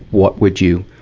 what would you